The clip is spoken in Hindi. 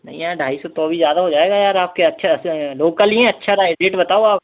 नहीं यार ढाई सौ तो भी ज़्यादा हो जाएगा यार आपके अच्छे ऐसे लोकल ही हैं अच्छा र रेट बताओ आप